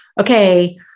okay